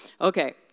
Okay